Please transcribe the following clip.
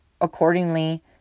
accordingly